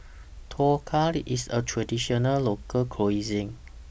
Dhokla IS A Traditional Local Cuisine